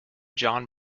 john